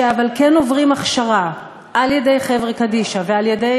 אבל שכן עוברים הכשרה על-ידי חברה קדישא ועל-ידי